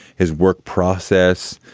his work process.